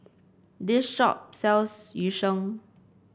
this shop sells Yu Sheng